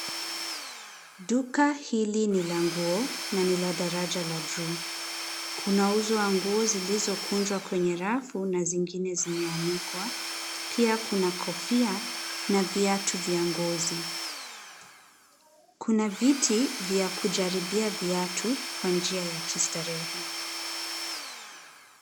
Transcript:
Duka hili ni la nguo na ni la darajala juu, kuna uzio wa nguo zilizokunjwa kwenye rafu na zingine zimeanikwa pia kuna kofia na viatu vya ngozi. Kuna viti vya kujaribia viatu kwa njia ya kistarehe.